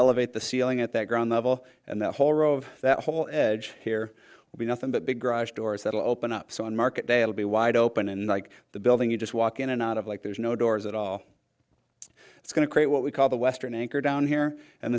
it the ceiling at the ground level and the whole row of that whole edge here would be nothing but big garage doors that will open up so on market day it will be wide open and like the building you just walk in and out of like there's no doors at all it's going to create what we call the western anchor down here and